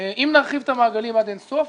אם נרחיב את המעגלים עד אין סוף,